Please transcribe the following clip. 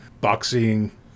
boxing